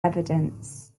evidence